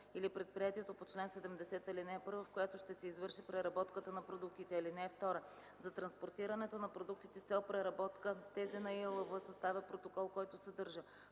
или предприятието по чл. 70, ал. 1, в която ще се извърши преработката на продуктите. (2) За транспортирането на продуктите с цел преработка ТЗ на ИАЛВ съставя протокол, който съдържа: